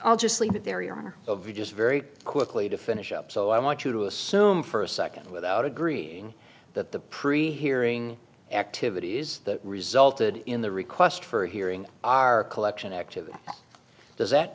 i'll just leave it there you are just very quickly to finish up so i want you to assume for a second without agreeing that the pre hearing activities that resulted in the request for a hearing are collection activity does that